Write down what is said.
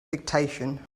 dictation